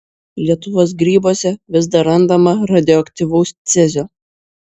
lietuvos grybuose vis dar randama radioaktyvaus cezio